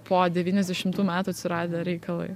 po devyniasdešimtų metų atsiradę reikalai